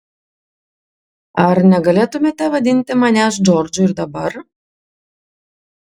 ar negalėtumėte vadinti manęs džordžu ir dabar